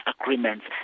agreements